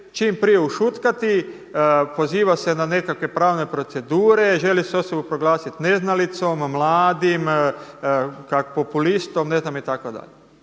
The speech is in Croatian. čim prije ušutkati, poziva se na nekakve pravne procedure, želi se osobu proglasiti neznalicom, mladim, kako populistom, ne znam itd.